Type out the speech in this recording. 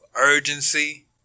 urgency